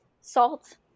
salt